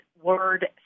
Word